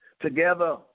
Together